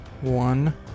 one